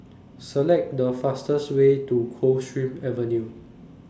Select The fastest Way to Coldstream Avenue